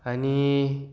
आनी